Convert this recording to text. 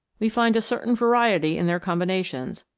we find a certain variety in their combinations,